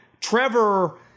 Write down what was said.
Trevor